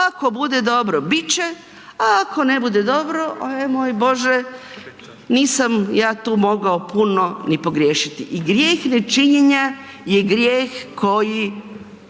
ako bude dobro bit će, a ako ne bude dobro e moj bože nisam ja tu mogao puno ni pogriješiti. I grijeh nečinjenja je grijeh koji